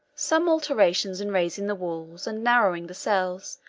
some alterations in raising the walls, and narrowing the cells,